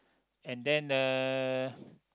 and then uh